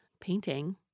painting